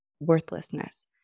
worthlessness